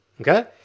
Okay